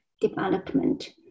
development